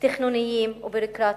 תכנוניים וביורוקרטיים.